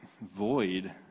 void